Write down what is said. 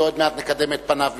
ועוד מעט נקדם את פניו בברכה.